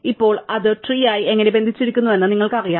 ഇപ്പോൾ അത് ട്രീ അയി എങ്ങനെ ബന്ധപ്പെട്ടിരിക്കുന്നുവെന്ന് നിങ്ങൾക്കറിയാം